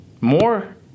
more